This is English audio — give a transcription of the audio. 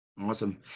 Awesome